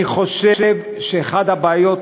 אני חושב שאחת הבעיות